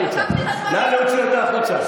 נא להוציא אותה החוצה.